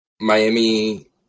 Miami